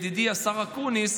ידידי השר אקוניס,